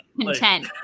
content